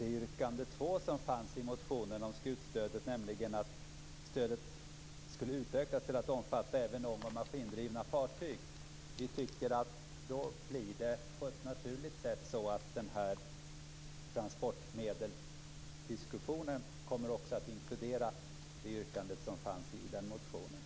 yrkande 2 som fanns i motionen om skutstödet, nämligen att stödet skulle utökas till att omfatta även ång och maskindrivna fartyg. Vi tycker att diskussionen om transportmedlen på ett naturligt sätt inkluderar yrkandet i motionen.